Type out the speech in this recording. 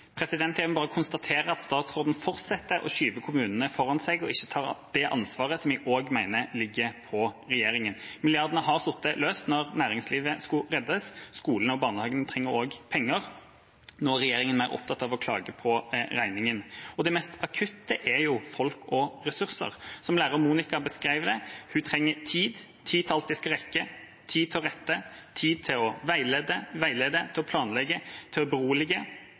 Jeg må bare konstatere at statsråden fortsetter å skyve kommunene foran seg og ikke tar det ansvaret som jeg mener ligger på regjeringa. Milliardene har sittet løst når næringslivet skulle reddes. Skolene og barnehagene trenger også penger, og nå er regjeringa mer opptatt av å klage på regningen. Det mest akutte er folk og ressurser. Som læreren Monica beskrev det: Hun trenger tid – tid til alt hun skal rekke, tid til å rette, tid til å veilede og veilede, til å planlegge, til å berolige,